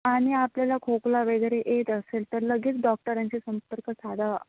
आणि आपल्याला खोकला वगैरे येत असेल तर लगेच डॉक्टरांशी संपर्क साधावा